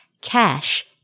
cash